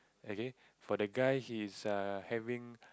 okay for the guy he is err having